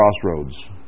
crossroads